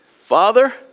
Father